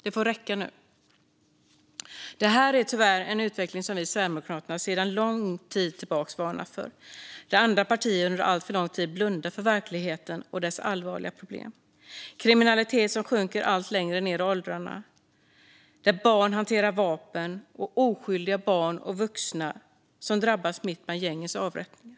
Det får räcka nu! Detta är tyvärr en utveckling som vi i Sverigedemokraterna sedan länge har varnat för medan andra partier under alltför lång tid har blundat för verkligheten och dess allvarliga problem. Kriminaliteten sjunker allt längre ned i åldrarna, så att barn hanterar vapen, och oskyldiga barn och vuxna drabbas när de hamnar mitt i gängens avrättningar.